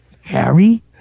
Harry